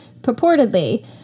purportedly